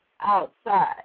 outside